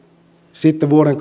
sitten vuoden